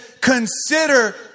consider